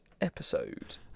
episode